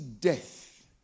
death